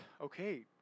okay